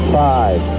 five